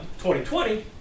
2020